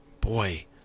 Boy